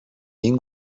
این